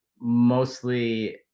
mostly